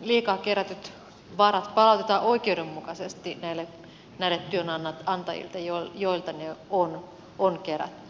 liikaa kerätyt varat palautetaan oikeudenmukaisesti näille työnantajille joilta ne on kerätty